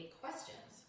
questions